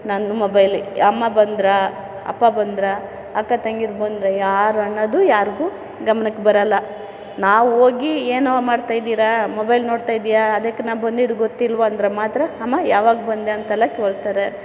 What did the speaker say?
ನಾನು ಮೊಬೈಲ್ ಅಮ್ಮ ಬಂದ್ರಾ ಅಪ್ಪ ಬಂದ್ರಾ ಅಕ್ಕ ತಂಗೀರು ಬಂದ್ರ ಯಾರು ಅಣ್ಣದು ಯಾರಿಗೂ ಗಮ್ನಕ್ಕೆ ಬರಲ್ಲ ನಾವೋಗಿ ಏನೊ ಮಾಡ್ತಾಯಿದ್ದೀರಾ ಮೊಬೈಲ್ ನೋಡ್ತಾಯಿದ್ಯಾ ಅದಕ್ಕೆ ನಾನು ಬಂದಿದ್ದು ಗೊತ್ತಿಲ್ವ ಅಂದ್ರೆ ಮಾತ್ರ ಅಮ್ಮ ಯಾವಾಗ ಬಂದೆ ಅಂತೆಲ್ಲ ಕೇಳ್ತಾರೆ